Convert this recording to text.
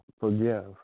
forgive